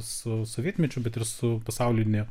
su sovietmečiu bet ir su pasauliniu